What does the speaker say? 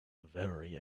very